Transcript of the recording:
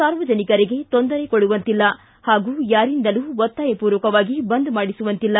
ಸಾರ್ವಜನಿಕರಿಗೆ ತೊಂದರೆ ಕೊಡುವಂತಿಲ್ಲ ಹಾಗೂ ಯಾರಿಂದಲೂ ಒತ್ತಾಯಪೂರ್ವಕವಾಗಿ ಬಂದ್ ಮಾಡಿಸುವಂತಿಲ್ಲ